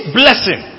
blessing